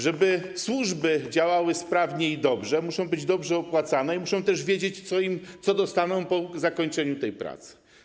Żeby służby działały sprawnie i dobrze, muszą być dobrze opłacane i muszą też wiedzieć, co dostaną po zakończeniu tej pracy.